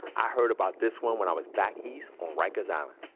i heard about this one when i was back east on riker's island.